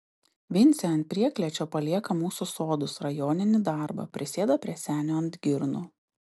vincė ant prieklėčio palieka mūsų sodus rajoninį darbą prisėda prie senio ant girnų